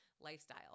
lifestyle